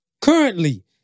Currently